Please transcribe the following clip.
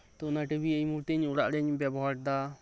ᱛᱚ ᱚᱱᱟ ᱴᱤᱵᱷᱤ ᱮᱭᱢᱩᱦᱩᱨᱛᱮ ᱤᱧ ᱚᱲᱟᱜ ᱨᱮᱧ ᱵᱮᱵᱚᱦᱟᱨᱮᱫᱟ